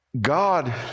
God